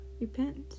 repent